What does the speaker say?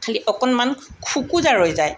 খালি অকণমান খোকোজা ৰৈ যায়